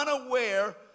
unaware